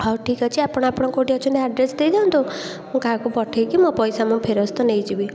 ହେଉ ଠିକ ଅଛି ଆପଣ ଆପଣଙ୍କ କେଉଁଠି ଅଛନ୍ତି ଆଡ୍ରେସ୍ ଦେଇଦିଅନ୍ତୁ ମୁଁ କାହାକୁ ପଠେଇକି ମୋ ପଇସା ମୁଁ ଫେରସ୍ତ ନେଇଯିବି